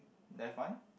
left one